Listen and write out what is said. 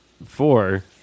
Four